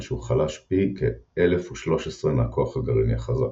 שהוא חלש פי כ-1013 מהכוח הגרעיני החזק.